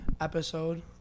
episode